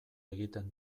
egiten